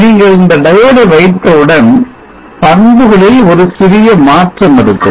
நீங்கள் இந்த diode ஐ வைத்தவுடன் பண்புகளில் ஒரு சிறிய மாற்றம் இருக்கும்